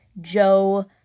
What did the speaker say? Joe